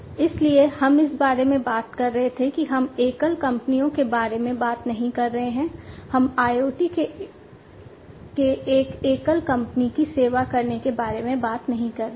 इसलिए हम इस बारे में बात कर रहे थे कि हम एकल कंपनियों के बारे में बात नहीं कर रहे हैं हम IoT के एक एकल कंपनी की सेवा करने के बारे में बात नहीं कर रहे हैं